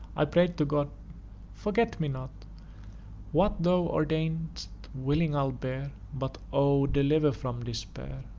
i pray'd to god forget me not what thou ordain'st willing i'll bear but o! deliver from despair!